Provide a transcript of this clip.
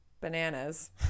bananas